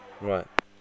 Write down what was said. Right